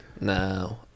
No